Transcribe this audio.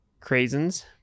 craisins